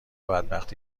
بدبختی